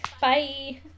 Bye